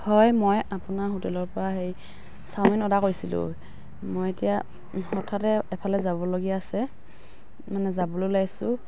হয় মই আপোনাৰ হোটেলৰ পৰা সেই চাওমিন অৰ্ডাৰ কৰিছিলোঁ মই এতিয়া হঠাতে এফালে যাবলগীয়া আছে মানে যাবলৈ ওলাইছোঁ